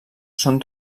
són